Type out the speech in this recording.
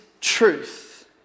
truth